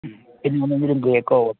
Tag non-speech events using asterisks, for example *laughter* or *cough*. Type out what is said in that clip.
പിന്നെ എന്തെങ്കിലും *unintelligible*